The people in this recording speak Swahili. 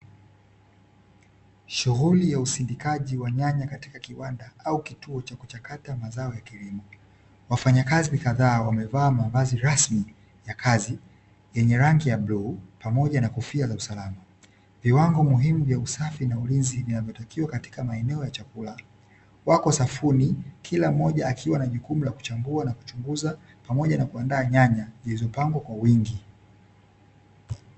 Shughuli ya usindikaji wa nyanya katika kiwanda au kituo cha kuchakata mazao ya kilimo. Wafanyakazi kadhaa wamevaa mavazi rasmi ya kazi, yenye rangi ya bluu pamoja na kofia za usalama. Viwango muhimu vya usafi na ulinzi vinavyotakiwa katika maeneo ya chakula. Wako safuni, kila mmoja akiwa na jukumu la kuchambua, na kuchunguza pamoja na kuandaa nyanya zilizopangwa kwa wingi.